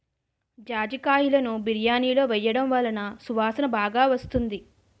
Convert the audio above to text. జాజికాయలును బిర్యానిలో వేయడం వలన సువాసన బాగా వస్తుంది